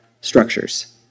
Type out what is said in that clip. structures